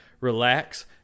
relax